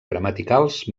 gramaticals